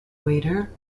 waiter